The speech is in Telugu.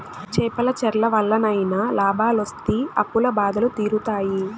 చేపల చెర్ల వల్లనైనా లాభాలొస్తి అప్పుల బాధలు తీరుతాయి